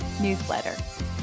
newsletter